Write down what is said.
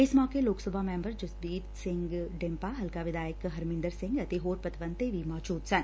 ਇਸ ਮੌਕੇ ਲੋਕ ਸਭਾ ਮੈਬਰ ਜਸਬੀਰ ਸਿੰਘ ਡਿੰਪਾ ਹਲਕਾ ਵਿਧਾਇਕ ਹਰਮਿੰਦਰ ਸਿੰਘ ਅਤੇ ਹੋਰ ਪਤਵੰਤੇ ਵੀ ਮੌਜੂਦ ਸਨ